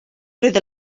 roedd